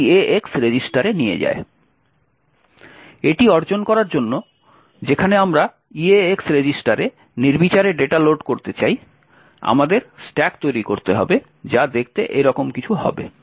এটি অর্জন করার জন্য যেখানে আমরা eax রেজিস্টারে নির্বিচারে ডেটা লোড করতে চাই আমাদের স্ট্যাক তৈরি করতে হবে যা দেখতে এইরকম কিছু হবে